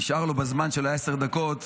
נשאר לו בזמן של ה-10 דקות,